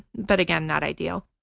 but again, not ideal.